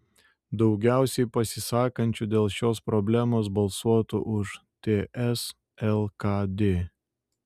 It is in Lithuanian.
daugiausiai pasisakančių dėl šios problemos balsuotų už ts lkd